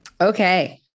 Okay